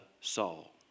Saul